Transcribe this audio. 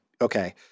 okay